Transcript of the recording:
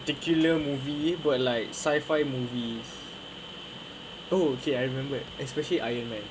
particular movie but like sci fi movie oh okay I remember especially iron man